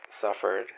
suffered